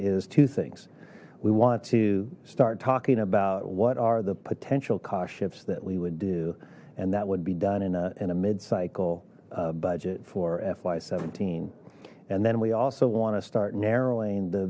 is two things we want to start talking about what are the potential cost shifts that we would do and that would be done in a mid cycle budget for fy seventeen and then we also want to start narrowing the